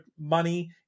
money